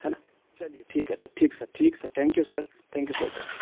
है ना चलिए ठीक है सर ठीक सर ठीक sir thank you sir thank you so much